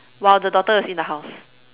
while the daughter was in the house